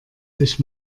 sich